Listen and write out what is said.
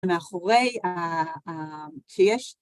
מאחורי שיש.